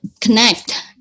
connect